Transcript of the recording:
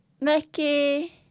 Mickey